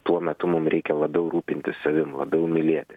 tuo metu mum reikia labiau rūpintis savim labiau mylėti